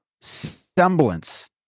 semblance